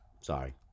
Sorry